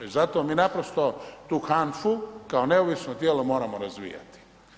I zato mi naprosto tu HANFA-u kao neovisno tijelo moramo razvijati.